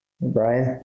Brian